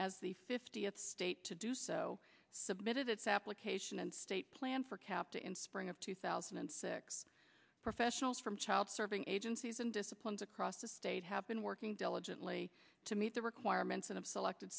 as the fiftieth state to do so submitted its application and state plan for capta in spring of two thousand and six professionals from child serving agencies and disciplines across the state have been working diligently to meet the requirements of selected